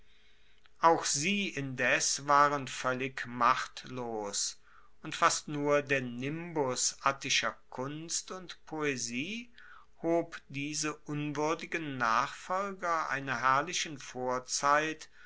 auch sie indes waren voellig machtlos und fast nur der nimbus attischer kunst und poesie hob diese unwuerdigen nachfolger einer herrlichen vorzeit